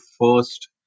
first